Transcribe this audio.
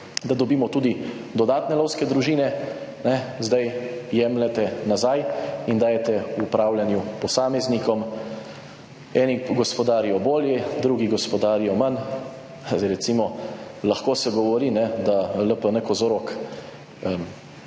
da dobimo tudi dodatne lovske družine, zdaj jemljete nazaj in dajete v upravljanje posameznikom. Eni gospodarijo bolje, drugi gospodarijo manj. Zdaj, recimo, lahko se govori, da LPN Kozorog,